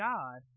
God